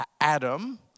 Adam